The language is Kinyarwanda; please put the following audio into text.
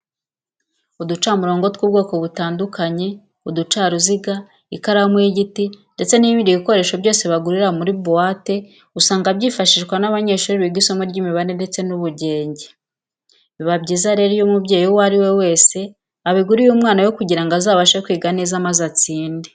Uducamurongo tw'ubwoko butandukanye, uducaruziga, ikaramu y'igiti ndetse n'ibindi bikoresho byose bagurira muri buwate usanga byifashishwa n'abanyeshuri biga isomo ry'imibare ndetse n'ubugenge. Biba byiza rero iyo umubyeyi uwo ari we wese abiguriye umwana we kugira ngo azabashe kwiga neza maze atsinde.